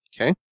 Okay